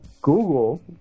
Google